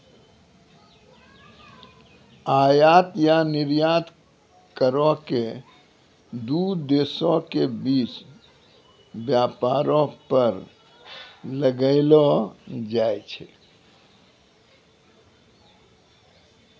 आयात या निर्यात करो के दू देशो के बीच व्यापारो पर लगैलो जाय छै